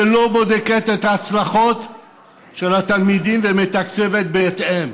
שלא בודקת את ההצלחות של התלמידים ומתקצבת בהתאם?